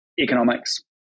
economics